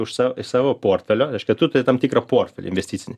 už sav iš savo portfelio reiškia tu turi tam tikrą portfelį investicinį